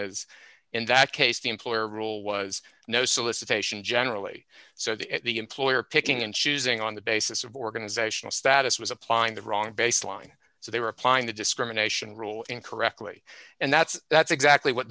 is in that case the employer rule was no solicitation generally so that the employer picking and choosing on the basis of organizational status was applying the wrong baseline so they were applying the discrimination rule incorrectly and that's that's exactly what